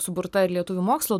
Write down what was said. suburta ir lietuvių mokslo